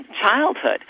childhood